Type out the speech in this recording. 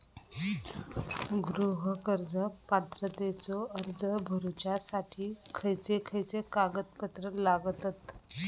गृह कर्ज पात्रतेचो अर्ज भरुच्यासाठी खयचे खयचे कागदपत्र लागतत?